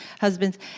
husbands